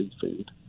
seafood